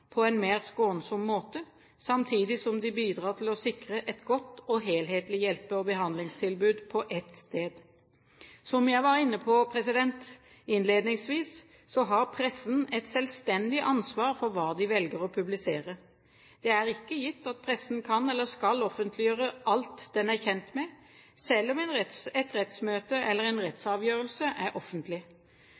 på en mer skånsom måte, samtidig som de bidrar til å sikre et godt og helhetlig hjelpe- og behandlingstilbud på ett sted. Som jeg var inne på innledningsvis, har pressen et selvstendig ansvar for hva de velger å publisere. Det er ikke gitt at pressen kan eller skal offentliggjøre alt den er kjent med, selv om et rettsmøte eller en rettsavgjørelse er offentlig.